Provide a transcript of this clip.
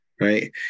right